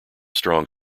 strong